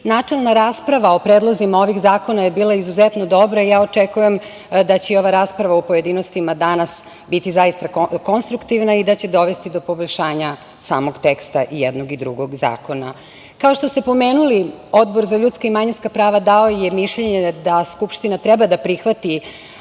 načelna rasprava o predlozima ovih zakona je bila izuzetno dobra i očekujem da će i ova rasprava u pojedinostima danas biti zaista konstruktivna i da će dovesti do poboljšanja samog teksta jednog i drugog zakona. Kao što ste pomenuli, Odbor za ljudska i manjinska prava dao je mišljenje da Skupština treba da prihvati